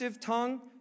tongue